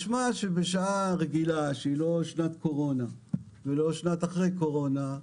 משמע שבשנה רגילה שהיא לא שנת קורונה ולא שנת אחרי קורונה,